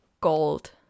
Gold